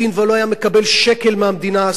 אסור היה להרשות דבר כזה,